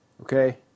Okay